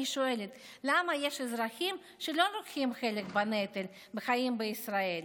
ואני שואלת למה יש אזרחים שלא לוקחים חלק בנטל החיים בישראל.